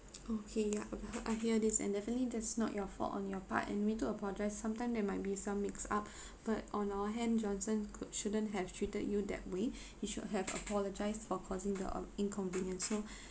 okay ya okay heard I hear this and definitely that's not your fault on your part and we do apologise sometimes there might be some mixed up but on our hand johnson could shouldn't have treated you that way he should have apologise for causing the uh inconvenience so